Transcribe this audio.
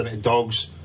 Dogs